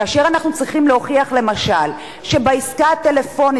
כאשר אנחנו צריכים להוכיח למשל שבעסקה הטלפונית